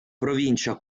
provincia